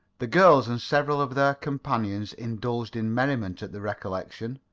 the girls and several of their companions indulged in merriment at the recollection.